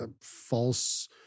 false